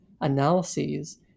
analyses